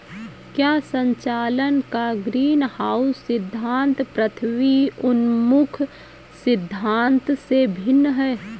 क्या संचालन का ग्रीनहाउस सिद्धांत पृथ्वी उन्मुख सिद्धांत से भिन्न है?